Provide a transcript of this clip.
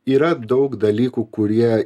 yra daug dalykų kurie